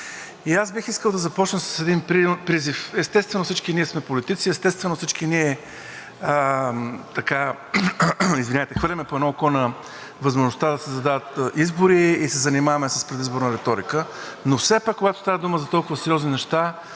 Аз бих искал да започна с един призив. Естествено, всички ние сме политици. Естествено, всички ние хвърляме по едно око на възможността, че се задават избори и се занимаваме с предизборна риторика, но все пак, когато става дума за толкова сериозни неща,